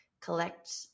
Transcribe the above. collect